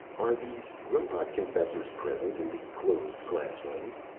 are these robot-confessors present in the closed classrooms?